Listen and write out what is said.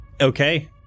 Okay